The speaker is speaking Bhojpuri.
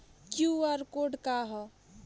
क्यू.आर कोड का ह?